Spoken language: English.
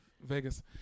Vegas